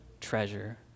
treasure